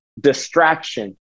distraction